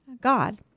god